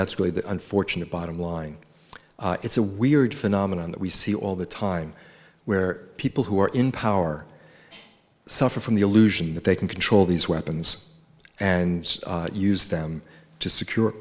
that's really the unfortunate bottom line it's a weird phenomenon that we see all the time where people who are in power suffer from the illusion that they can control these weapons and use them to secure